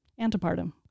antepartum